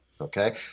Okay